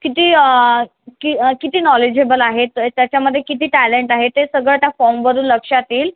किती कि किती नॉलेजेबल आहे तर त्याच्यामध्ये किती टॅलेंट आहे ते सगळं त्या फॉर्मवरून लक्षात येईल